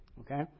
Okay